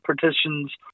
partitions